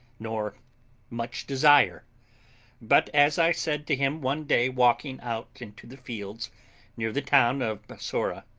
nor much desire but, as i said to him one day walking out into the fields near the town of bassorah,